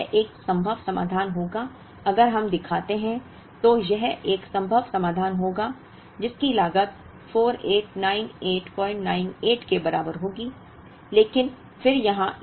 भले ही यह एक संभव समाधान होगा अगर हम दिखाते हैं तो यह एक संभव समाधान होगा जिसकी लागत 489898 के बराबर होगी